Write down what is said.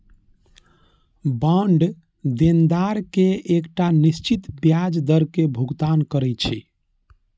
bond देनदार कें एकटा निश्चित ब्याज दर के भुगतान करै छै